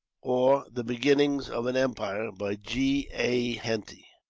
or, the beginnings of an empire by g. a. henty